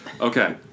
Okay